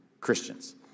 Christians